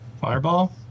Fireball